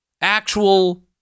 Actual